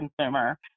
consumer